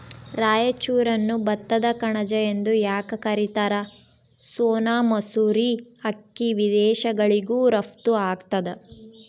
ರಾಯಚೂರನ್ನು ಭತ್ತದ ಕಣಜ ಎಂದು ಯಾಕ ಕರಿತಾರ? ಸೋನಾ ಮಸೂರಿ ಅಕ್ಕಿ ವಿದೇಶಗಳಿಗೂ ರಫ್ತು ಆಗ್ತದ